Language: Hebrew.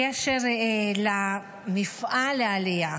קשר למפעל העלייה.